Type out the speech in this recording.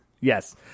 Yes